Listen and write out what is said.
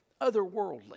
otherworldly